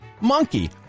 monkey